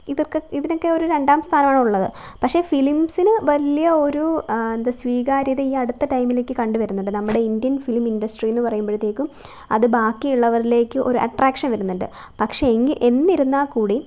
ഇതൊക്ക ഇതിനൊക്കെ ഒരു രണ്ടാം സ്ഥാനമാണ് ഉള്ളത് പക്ഷെ ഫിലിംസിന് വലിയ ഒരൂ എന്താണ് സ്വീകാര്യത ഈ അടുത്ത ടൈമിലൊക്കെ കണ്ടു വരുന്നുണ്ട് നമ്മുടെ ഇന്ത്യൻ ഫിലിം ഇൻഡസ്ട്രി എന്ന് പറയുമ്പോഴത്തേക്കും അത് ബാക്കി ഉള്ളവരിലേക്ക് ഒരു അട്രാക്ഷൻ വരുന്നുണ്ട് പക്ഷെ എന്നിരുന്നാല്ക്കൂടി